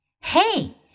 Hey